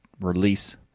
release